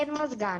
אין מזגן.